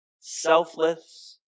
selfless